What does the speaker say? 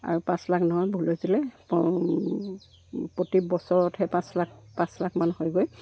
আৰু পাঁচ লাখ নহয় ভুল হৈছিলে প্ৰতি বছৰতহে পাঁচ লাখ পাঁচ লাখ মান হয় গৈ